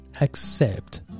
accept